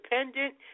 independent